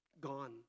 gone